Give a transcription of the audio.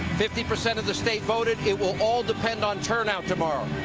fifty percent of the state voted it will all depend on turnout tomorrow.